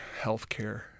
healthcare